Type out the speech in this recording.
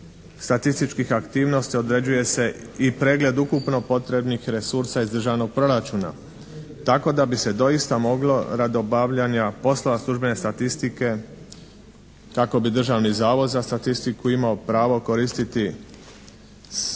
statističkih aktivnosti određuje se i pregled ukupno potrebnih resursa iz Državnog proračuna tako da bi se doista moglo radi obavljanja poslova službene statistike kako bi Državni zavod za statistiku imao pravo koristiti